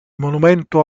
monumento